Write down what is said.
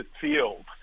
field